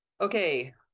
Okay